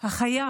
החיה